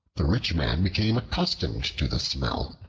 the rich man became accustomed to the smell,